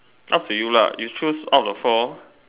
up to you lah you choose out of the four